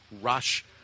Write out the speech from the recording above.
rush